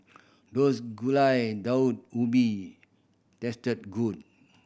does Gulai Daun Ubi taste good